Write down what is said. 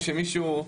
או שמישהו,